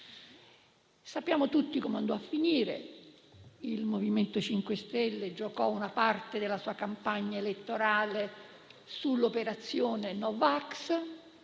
Sappiamo tutti come andò a finire. Il MoVimento 5 Stelle giocò una parte della sua campagna elettorale sull'operazione no vax;